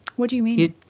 what do you mean?